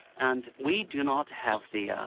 and we do not have the